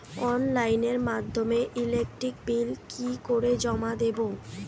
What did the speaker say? অনলাইনের মাধ্যমে electric bill কি করে জমা দেবো?